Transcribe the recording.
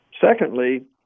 Secondly